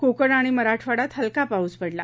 कोकण आणि मराठवाड्यात हलका पाऊस पडला